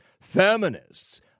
feminists